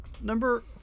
Number